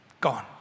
Gone